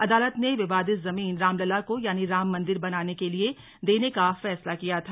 अदालत ने विवादित जमीन रामलला को यानी राम मंदिर बनाने के लिए देने का फैसला किया था